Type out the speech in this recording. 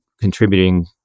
contributing